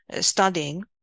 studying